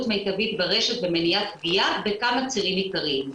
מיטבית ברשת במניעת פגיעה בכמה צירים עיקריים.